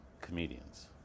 comedians